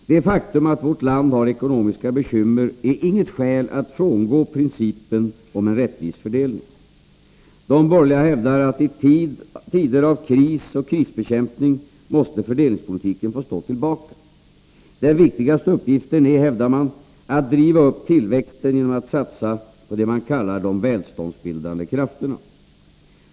Det faktum att vårt land har ekonomiska bekymmer är inget skäl att frångå principen om en rättvis fördelning. De borgerliga hävdar att i tider av kris och krisbekämpning måste fördelningspolitiken få stå tillbaka. Den viktigaste uppgiften är, hävdar man, att driva upp tillväxten genom att satsa på ”de välståndsbildande krafterna”.